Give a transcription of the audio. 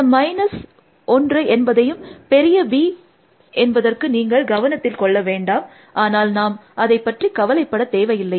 இந்த மைனஸ் 1 என்பதையும் பெரிய b என்பதற்கு நீங்கள் கவனத்தில் கொள்ள வேண்டாம் ஆனால் நாம் அதை பற்றி கவலைப்பட தேவையில்லை